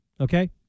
Okay